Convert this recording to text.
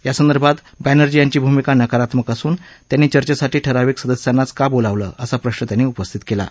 यासंदर्भात बॅनर्जी यांची भूमिका नकारात्मक असून त्यांनी चर्चेसाठी ठराविक सदस्यांनाचं का बोलावलं असा प्रश्न त्यांनी उपस्थित केला आहे